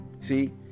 See